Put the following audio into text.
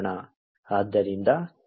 ಆದ್ದರಿಂದ ಇಲ್ಲಿ ಮೈನಸ್ ಚಿಹ್ನೆಯನ್ನು ಹಾಕೋಣ